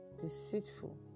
deceitful